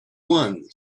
one